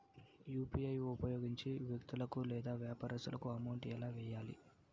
UPI ఉపయోగించి వ్యక్తులకు లేదా వ్యాపారస్తులకు అమౌంట్ ఎలా వెయ్యాలి